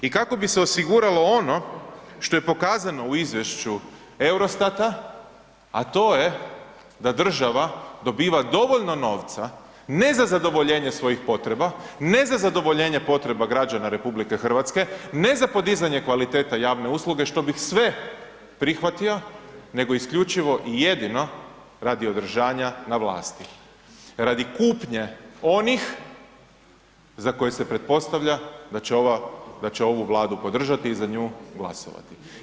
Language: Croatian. I kako bi se osiguralo ono što je pokazano u izvješću Eurostata a to je da država dobiva dovoljno novca ne za zadovoljenje svojih potreba, ne za zadovoljenje potreba građana RH, ne za podizanje kvalitete javne usluge što bih sve prihvatio, nego isključivo i jedino radi održanja na vlasti, radi kupnje onih za koje se pretpostavlja da će ovu Vladu podržati i za nju glasovati.